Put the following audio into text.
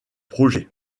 projet